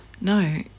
No